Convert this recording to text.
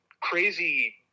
crazy